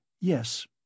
Yes